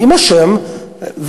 עם השם,